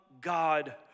God